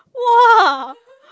!wah!